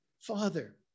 Father